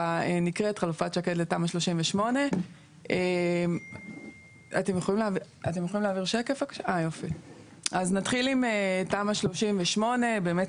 נקראת "חלופת שקד לתמ"א 38". אז נתחיל עם תמ"א 38. באמת